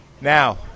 Now